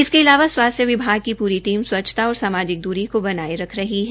इसके अलावा स्वास्थ्य विभाग की पूरी टीम स्वच्छता और सामाजिक दूरी को बनाए रख रही है